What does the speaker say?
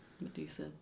Medusa